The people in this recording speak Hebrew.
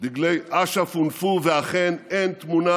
דגלי אש"ף הונפו, ואכן אין תמונה